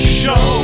show